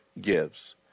gives